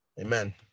Amen